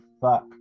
fuck